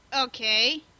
Okay